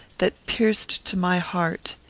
that pierced to my heart.